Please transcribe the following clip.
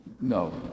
no